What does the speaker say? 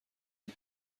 des